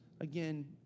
Again